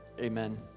Amen